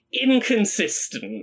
inconsistent